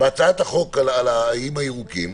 בהצעת החוק על האיים הירוקים,